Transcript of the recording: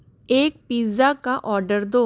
एक पिज़्ज़ा का ऑर्डर दो